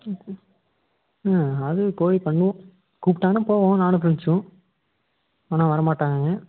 ஆ அது போய் பண்ணுவோம் கூப்பிட்டாங்கன்னா போவோம் நானும் ஃப்ரெண்ட்ஸும் ஆனால் வர மாட்டானுங்க